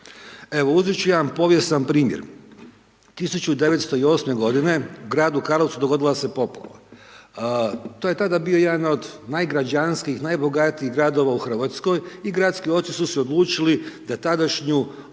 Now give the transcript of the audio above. Evo uzet ću jedan povijesni primjer. 1908. godine u gradu Karlovcu dogodila se poplava. To je tada bio jedan od najgrađanskijih, najbogatijih gradova u Hrvatskoj i gradski oci su se odlučili da tadašnju